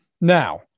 Now